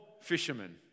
fishermen